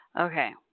Okay